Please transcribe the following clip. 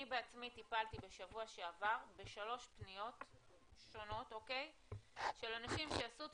אני בעצמי טיפלתי בשבוע שעבר בשלוש פניות של אנשים שעשו את